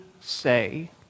say